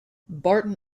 barton